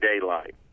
daylight